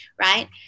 Right